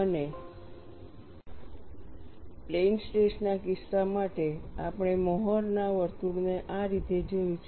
અને plane stress ના કિસ્સા માટે આપણે મોહર ના વર્તુળને આ રીતે જોયું છે